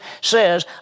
says